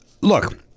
Look